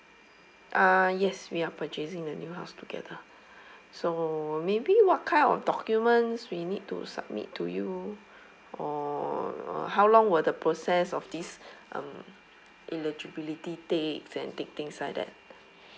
uh yes we are purchasing the new house together so maybe what kind of documents we need to submit to you or how long will the process of this um eligibility takes and thi~ things like that